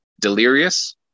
Delirious